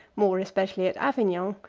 more especially at avignon,